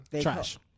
Trash